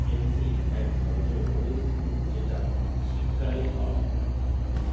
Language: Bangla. পেনসি এক ধরণের রঙ্গীন ফুল যেটা শীতকালে হয়